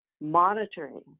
monitoring